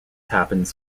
happens